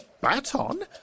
baton